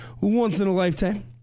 once-in-a-lifetime